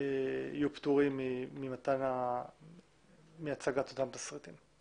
יהיו פטורים מהצגת אותם תסריטים.